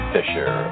Fisher